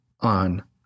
on